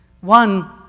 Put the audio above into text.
One